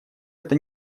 это